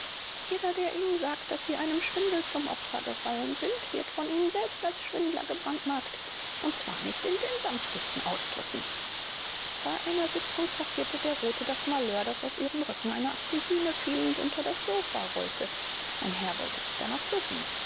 jeder der ihnen sagt daß sie einem schwindel zum opfer gefallen sind wird von ihnen selbst als schwindler gebrandmarkt und zwar nicht in den sanftesten ausdrücken bei einer sitzung passierte der rothe das malheur daß aus ihren röcken eine apfelsine fiel und unter das sofa rollte ein herr wollte sich danach bücken